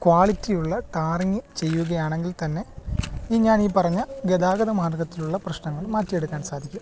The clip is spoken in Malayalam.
ക്വാളിറ്റിയുള്ള ടാറിങ് ചെയ്യുകയാണെങ്കിൽ തന്നെ ഈ ഞാനീ പറഞ്ഞ ഗതാഗതമാർഗത്തിലുള്ള പ്രശ്നങ്ങൾ മാറ്റിയെടുക്കാൻ സാധിക്കും